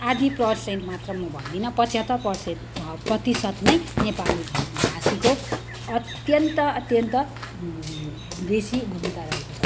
आधी पर्सेन्ट मात्र म भन्दिनँ पच्हत्तर पर्सेन्ट प्रतिशत नै नेपालीभाषीको अत्यन्त अत्यन्त बेसी भूमिका रहेको छ